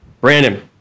Brandon